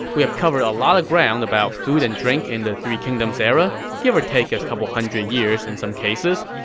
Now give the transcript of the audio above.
we've covered a lot of ground about food and drink in the three kingdoms era, give or take a couple hundred years in some cases.